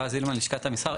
רז הילמן, לשכת המסחר.